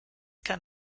kein